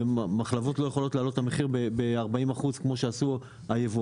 שמחלבות לא יכולות להעלות את המחיר ב-40% כמו שעשו היבואנים,